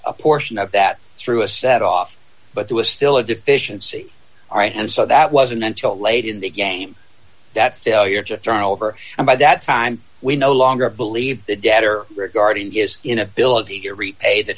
a portion that threw a set off but there was still a deficiency all right and so that wasn't until late in the game that failure to turn over and by that time we no longer believe the debtor regarding his inability to repay the